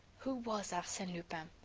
who was arsene lupin?